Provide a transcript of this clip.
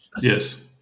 Yes